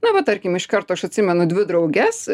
na va tarkim iš karto aš atsimenu dvi drauges